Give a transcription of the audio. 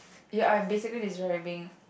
ya I basically this right being